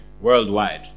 worldwide